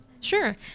Sure